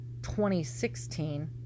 2016